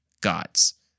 gods